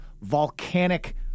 volcanic